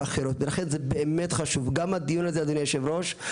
אבל זה גם כן פגיעה.